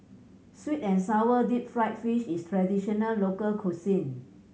sweet and sour deep fried fish is traditional local cuisine